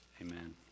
Amen